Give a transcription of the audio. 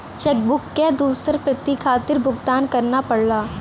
check book क दूसर प्रति खातिर भुगतान करना पड़ला